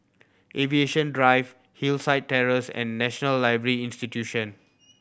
Aviation Drive Hillside Terrace and National Library Institute